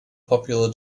popular